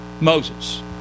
Moses